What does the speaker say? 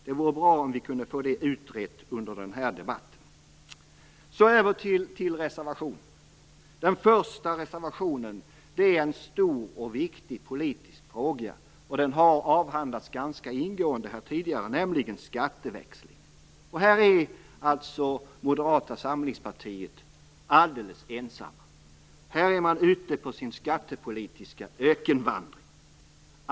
Det vore bra om vi kunde få det utrett under den här debatten. Den första reservationen rör en stor och viktig politisk fråga som avhandlats ganska ingående här tidigare, nämligen skatteväxling. Här står Moderata samlingspartiet alldeles ensamt. Man är ute på sin skattepolitiska ökenvandring.